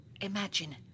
Imagine